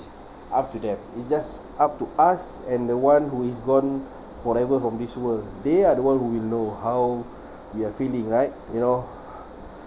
up to them it's just up to us and the one who is gone forever from this world they are the one who will know how we are feeling right you know